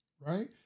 right